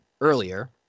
earlier